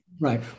Right